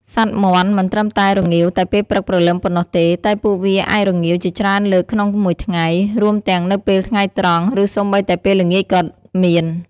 សត្វមាន់មិនត្រឹមតែរងាវតែពេលព្រឹកព្រលឹមប៉ុណ្ណោះទេ តែពួកវាអាចរងាវជាច្រើនលើកក្នុងមួយថ្ងៃ រួមទាំងនៅពេលថ្ងៃត្រង់ ឬសូម្បីតែពេលល្ងាចក៏មាន។